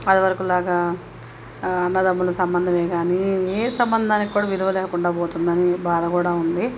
అదివరకులాగ అన్నదమ్ముల సంబంధం కానీ ఏ సంబంధానికి కూడా విలువ లేకుండా పోతుంది అని బాధ కూడా ఉంది